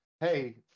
hey